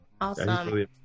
Awesome